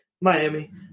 Miami